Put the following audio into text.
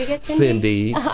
Cindy